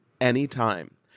anytime